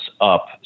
up